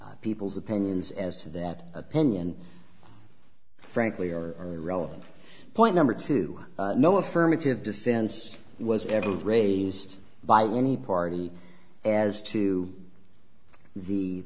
people's opinions as to that opinion frankly are relevant point number two no affirmative defense was ever raised by any party as to the